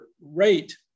rate